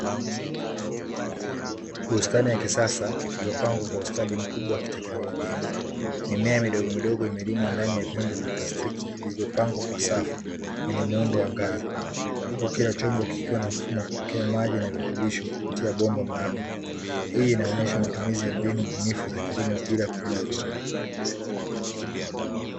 Bustani ya kisasa iliopangwa kwa ustadi mkubwa wa kiteknolojia, mimea midogo midogo imelimwa ndani ya vyombo vya plastiki vilivyopangwa kwa safu kwenye muundo wa ngazi, huku kila chombo kikiwa na mfumo wa kupokea maji na virutubisho kupitia mabomba maalum. Hii inaonesha matumizi ya kilimo bila kutumia udongo.